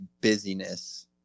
busyness